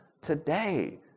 Today